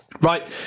Right